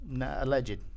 Alleged